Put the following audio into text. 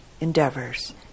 endeavors